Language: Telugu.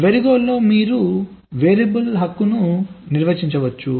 వెరిలోగ్లో మీరు వేరియబుల్ హక్కును నిర్వచించవచ్చు